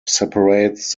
separates